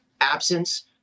absence